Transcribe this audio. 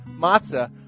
matzah